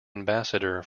ambassador